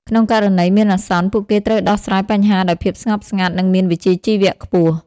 ក្នុងករណីមានអាសន្ន ពួកគេត្រូវដោះស្រាយបញ្ហាដោយភាពស្ងប់ស្ងាត់និងមានវិជ្ជាជីវៈខ្ពស់។